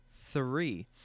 three